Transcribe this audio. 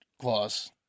clause